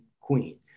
queen